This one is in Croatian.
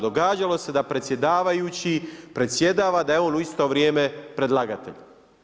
Događalo se da predsjedavajući predsjedava, da je on u isto vrijeme predlagatelj.